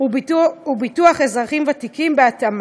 ו"ביטוח אזרחים ותיקים" בהתאמה.